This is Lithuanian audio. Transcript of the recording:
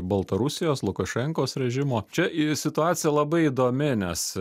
baltarusijos lukašenkos režimo čia i situacija labai įdomi nes